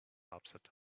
upset